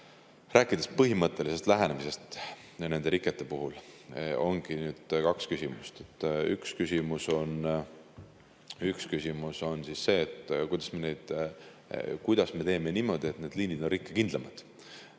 rääkides põhimõttelisest lähenemisest. Nende rikete puhul ongi kaks küsimust. Üks küsimus on see, et kuidas me teeme need liinid rikkekindlamaks.